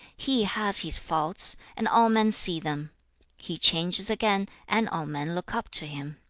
he has his faults, and all men see them he changes again, and all men look up to him